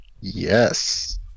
Yes